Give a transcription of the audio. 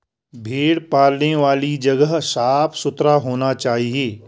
भेड़ पालने वाली जगह साफ सुथरा होना चाहिए